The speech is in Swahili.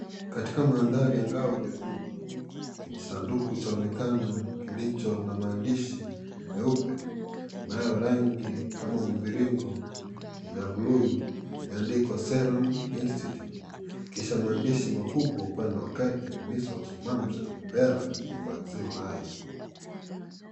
Katika mandhari angavu ya nyuma, kijisanduku chaonekana kilicho na na maandishi meupe, nayo rangi kama mviringo ya buluu imeandikwa serum institute kisha maandishi makubwa upande wa kati, measles, mumps, rubella vaccine live .